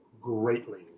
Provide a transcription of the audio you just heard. Greatly